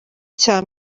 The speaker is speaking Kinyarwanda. cya